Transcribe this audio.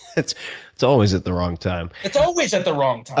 it's it's always at the wrong time. it's always at the wrong ah